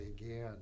again